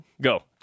Go